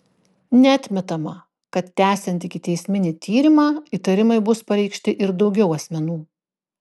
neatmetama kad tęsiant ikiteisminį tyrimą įtarimai bus pareikšti ir daugiau asmenų